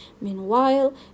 Meanwhile